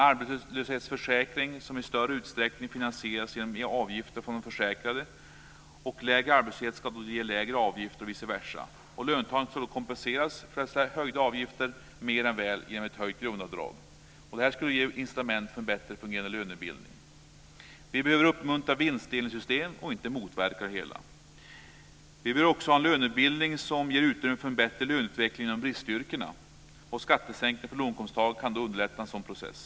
Arbetslöshetsförsäkringen bör i större utsträckning finansieras genom avgifter från de försäkrade. Lägre arbetslöshet ska ge lägre avgifter och vice versa. Löntagarna kompenseras för höjda avgifter mer än väl genom ett höjt grundavdrag. Detta ger incitament för en bättre fungerande lönebildning. Vi behöver uppmuntra vinstdelningssystem och inte motverka det hela. Vi bör också ha en lönebildning som ger utrymme för en bättre löneutveckling inom bristyrken. Skattesänkningar för låginkomsttagare kan underlätta en sådan process.